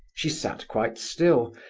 she sat quite still,